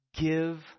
Give